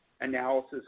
analysis